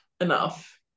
enough